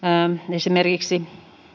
esimerkiksi